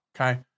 Okay